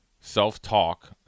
self-talk